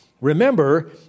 remember